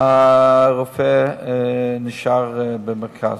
הרופא נשאר במרכז.